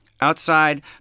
Outside